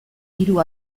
hiru